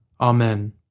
Amen